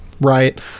Right